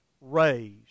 raised